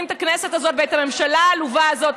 את הכנסת הזו ואת הממשלה העלובה הזאת,